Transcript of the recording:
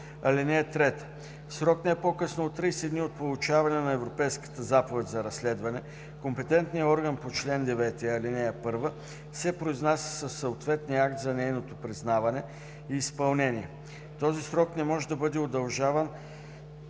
(3) В срок не по-късно от 30 дни от получаването на Европейската заповед за разследване компетентният орган по чл. 9, ал. 1 се произнася със съответния акт за нейното признаване и изпълнение. Този срок може да бъде удължен